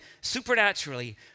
supernaturally